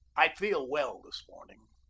i feel well this morning.